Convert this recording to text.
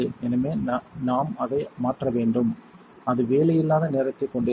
எனவே நாம் அதை மாற்ற வேண்டும் அது வேலையில்லா நேரத்தைக் கொண்டிருக்கும்